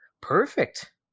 Perfect